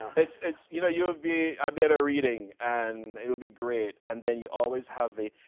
it's it's you know you'll be i'd be at a reading and it would be great, and then you always have the,